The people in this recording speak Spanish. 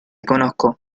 conozco